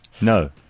no